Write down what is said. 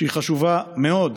שהיא חשובה מאוד,